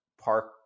park